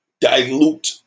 dilute